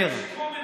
יש common sense.